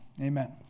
Amen